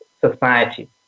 society